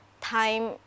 time